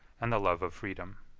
and the love of freedom.